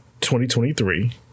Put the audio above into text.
2023